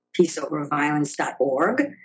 peaceoverviolence.org